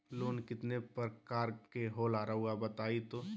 Loan कितने पारकर के होला रऊआ बताई तो?